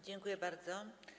Dziękuję bardzo.